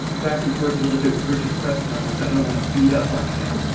back and forth a little bit with richard creston on this, i don't want to beat up on him.